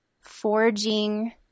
forging